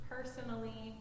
personally